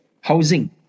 Housing